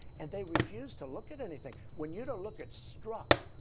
and they refuse to look at anything! when you don't look at stzrok,